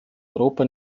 europa